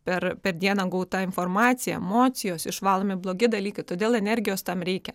per per dieną gauta informacija emocijos išvalomi blogi dalykai todėl energijos tam reikia